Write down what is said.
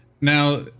Now